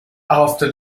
after